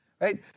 right